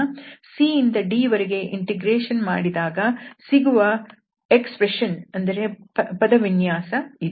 c ಇಂದ d ವರೆಗೆ integration ಮಾಡಿದಾಗ ಸಿಗುವ ಪದವಿನ್ಯಾಸ ಇದು